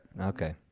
Okay